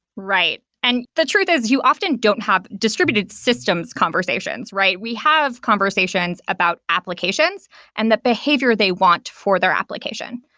right, and the truth is you often don't have distributed systems conversations, right? we have conversations about applications and the behavior they want for their application.